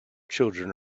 children